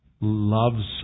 loves